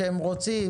כשהם צריכים אותנו,